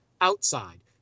outside